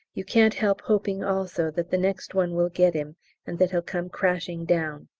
you can't help hoping also that the next one will get him and that he'll come crashing down.